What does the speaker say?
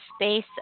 space